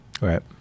Right